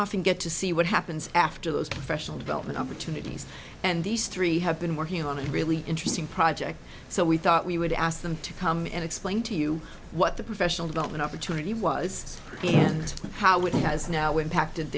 often get to see what happens after those professional development opportunities and these three have been working on a really interesting project so we thought we would ask them to come and explain to you what the professional development opportunity was the end how it has now impacted